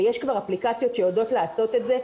יש כבר אפליקציות שיודעות לעשות את זה.